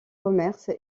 commerces